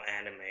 anime